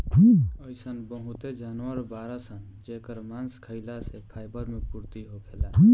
अइसन बहुते जानवर बाड़सन जेकर मांस खाइला से फाइबर मे पूर्ति होखेला